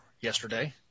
Yesterday